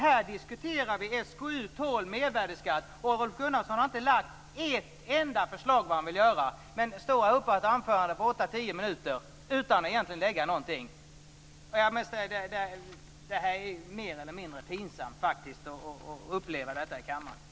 Här diskuterar vi SkU12 om mervärdesskatt. Rolf Gunnarsson har inte lagt fram ett enda förslag om vad han vill göra. Han står här och har ett anförande på åtta-tio minuter utan att egentligen lägga fram något förslag. Det är pinsamt att uppleva detta i kammaren.